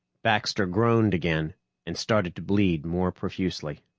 baxter groaned again and started to bleed more profusely.